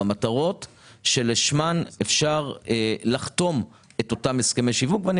במטרות לשמן אפשר לחתום את אותם הסכמי שיווק ואני